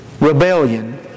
Rebellion